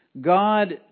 God